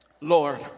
Lord